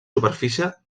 superfície